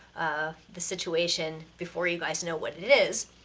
ah, the situation before you guys know what it it is,